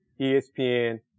ESPN